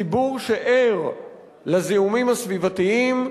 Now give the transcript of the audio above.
ציבור שער לזיהומים הסביבתיים,